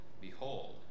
behold